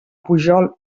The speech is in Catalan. pujol